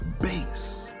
base